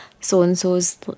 so-and-so's